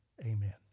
amen